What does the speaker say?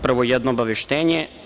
Prvo jedno obaveštenje.